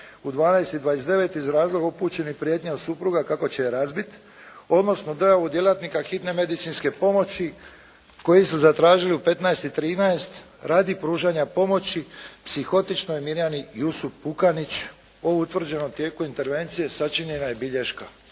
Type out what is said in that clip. u 12 i 29 iz razloga upućenih prijetnjom supruga kako će je razbiti, odnosno da je od djelatnika hitne medicinske pomoći koji su zatražili u 15 i 13 radi pružanja pomoći psihotičnoj Mirjani Jusup Pukanić. O utvrđenom tijeku intervencije sačinjena je bilješka.